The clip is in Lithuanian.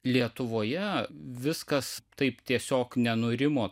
lietuvoje viskas taip tiesiog nenurimo